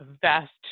vast